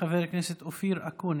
חבר הכנסת אופיר אקוניס.